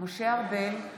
משה ארבל,